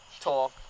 talk